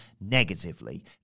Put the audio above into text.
negatively